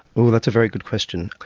but that's a very good question.